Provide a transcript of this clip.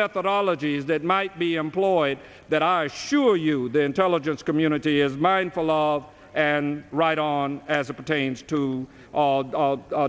methodologies that might be employed that i assure you the intelligence community is mindful of and right on as it pertains to